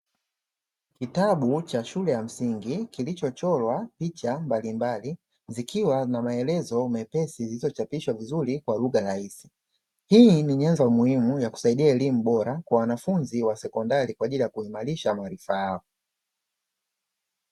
Kitabu cha shule ya msingi kilichochorwa picha mbalimbali, zikiwa na maelezo mepesi zilizochapiishwa vizuri kwa lugha rahisi. Hii ni nyenzo muhimu ya kusaidia elimu bora kwa wanafunzi wa sekondari kwaajili ya kuimarisha maarifa yao.